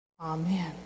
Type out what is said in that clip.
amen